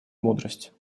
мудрость